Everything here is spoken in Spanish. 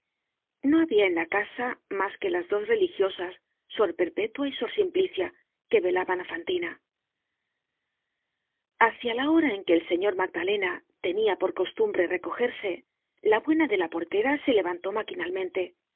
no habia en la casa mas que las dos religiosas sor perpetua y sor simplicia que velaban á fantina hácia la hora en que el señor magdalena tenia por costumbre recogerse la buena de la portera se levantó maquinalmente